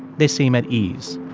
they seem at ease.